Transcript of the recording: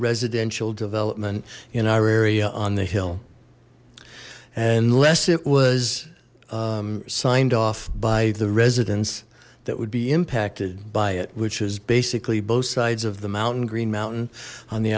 residential development in our area on the hill unless it was signed off by the residents that would be impacted by it which was basically both sides of the mountain green mountain on the